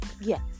Yes